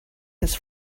his